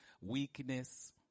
weakness